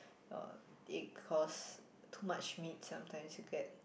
or egg cause too much meat sometimes you get